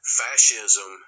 fascism